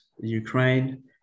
Ukraine